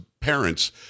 parents